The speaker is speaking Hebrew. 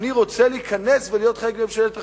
אני רוצה להיכנס ולהיות חלק מממשלת אחדות?